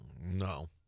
No